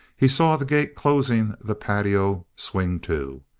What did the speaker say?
he saw the gate closing the patio swing to.